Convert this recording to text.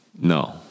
No